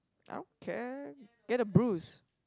I don't care get a bruise